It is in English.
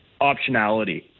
optionality